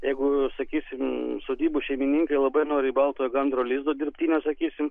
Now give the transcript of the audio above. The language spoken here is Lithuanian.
jeigu sakysim sodybų šeimininkai labai nori baltojo gandro lizdo dirbtinio sakysim